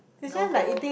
no go